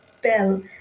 spell